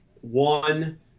one